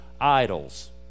idols